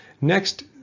Next